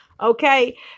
Okay